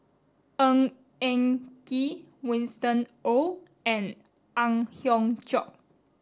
Ng Eng Kee Winston Oh and Ang Hiong Chiok